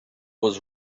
was